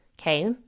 okay